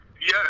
Yes